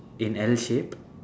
in L shape